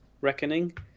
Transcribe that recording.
reckoning